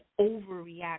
overreact